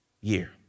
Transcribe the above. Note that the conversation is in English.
year